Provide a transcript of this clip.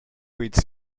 its